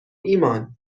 ایمان